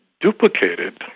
duplicated